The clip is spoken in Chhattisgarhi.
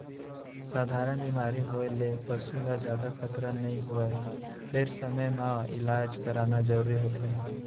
सधारन बेमारी होए ले पसू ल जादा खतरा नइ होवय फेर समे म इलाज कराना जरूरी होथे